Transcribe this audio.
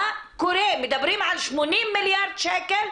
מדברים על 80 מיליארד שקל,